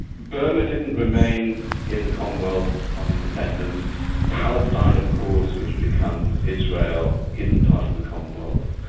burma didn't remain in the commonwealth on independence palestine of course, which becomes israel, isn't part of the commonwealth.